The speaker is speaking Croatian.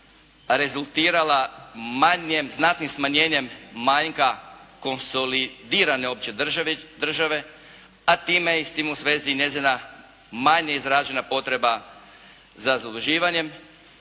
rezultirala manjem, znatnim smanjenjem manjka konsolidirane opće države, a time i s tim u svezi i njezina manja izražena potreba za zaduživanjem.